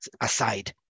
aside